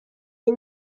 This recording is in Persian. این